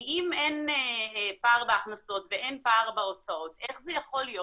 כי אם אין פער בהכנסות ואין פער בהוצאות איך זה יכול להיות